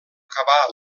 acabar